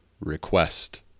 request